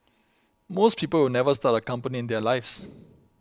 most people will never start a company in their lives